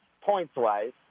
points-wise